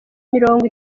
mirongo